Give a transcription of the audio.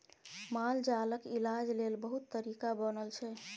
मालजालक इलाज लेल बहुत तरीका बनल छै